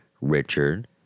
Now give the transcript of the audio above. Richard